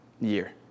year